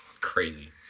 Crazy